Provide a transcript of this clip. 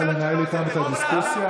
אתה רוצה לנהל איתם את הדיסקוסיה?